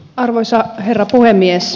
arvoisa herra puhemies